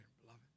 beloved